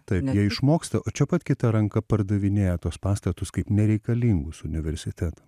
tai jie išmoksta o čia pat kita ranka pardavinėja tuos pastatus kaip nereikalingus universitetam